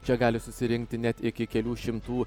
čia gali susirinkti net iki kelių šimtų